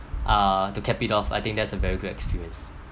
uh to cap it off I think that's a very good experience